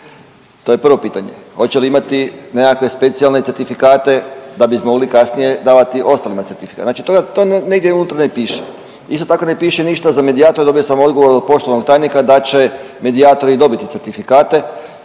To je prvo pitanje. Hoće li imati nekakve specijalne certifikate da bi mogli kasnije davati osnovne certifikate. Znači to negdje unutra ne piše. Isto tako ne piše ništa za medijatore. Dobio sam odgovor od poštovanog tajnika da će medijatori dobiti certifikate.